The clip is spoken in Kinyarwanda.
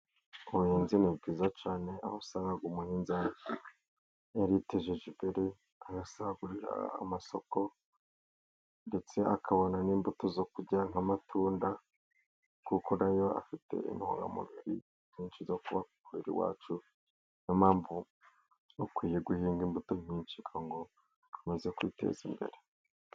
Ubuhinzi ni bwiza cyane aho usanga umuhinzi yaritejeje imbere agasagurira amasoko, ndetse akabona n'imbuto zo kurya nk'amatunda, kuko na yo afite intungamubiri nyinshi zo kubaka umubiri wacu, ni yo mpamvu dukwiye guhinga imbuto nyinshi kugira ngo tubashe kwiteza imbere.